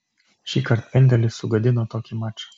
šįkart pendelis sugadino tokį mačą